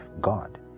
God